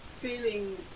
feeling